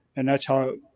and that's how,